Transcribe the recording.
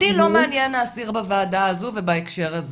אותי לא מעניין האסיר בוועדה הזו ובהקשר הזה,